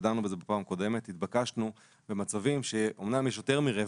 כשדנו בזה בפעם הקודמת התבקשנו במצבים שאמנם יש יותר מרבע,